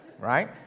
Right